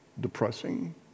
depressing